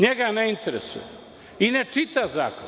Njega ne interesuje i ne čita zakon.